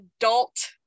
adult